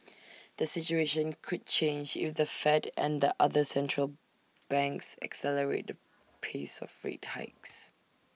the situation could change if the fed and other central banks accelerate the pace of rate hikes